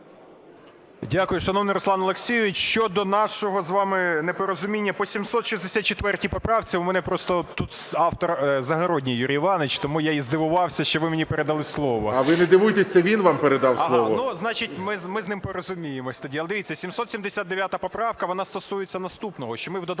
Дякую. Шановний Руслан Олексійович, щодо нашого з вами непорозуміння по 764 поправці. В мене просто тут автор – Загородній Юрій Іванович. Тому я і здивувався, що ви мені передали слово. ГОЛОВУЮЧИЙ. А ви не дивуйтесь, це він вам передав слово. КОЛТУНОВИЧ О.С. Значить, ми з ним порозуміємось тоді. Дивіться, 779 поправка, вона стосується наступного, що ми в додатку